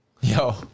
Yo